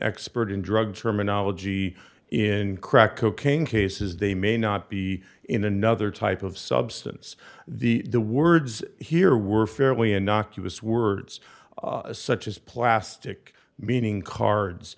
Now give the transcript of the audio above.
expert in drug terminology in crack cocaine cases they may not be in another type of substance the words here were fairly innocuous words such as plastic meaning cards